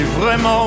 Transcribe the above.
vraiment